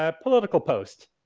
ah political post,